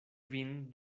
vin